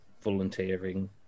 volunteering